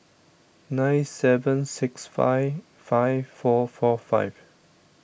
nine seven six five five four four five